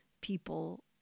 people